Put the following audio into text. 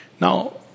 Now